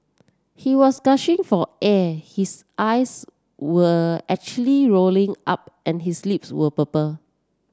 he was gashing for air his eyes were actually rolling up and his lips were purple